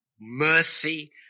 Mercy